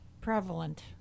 prevalent